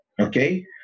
Okay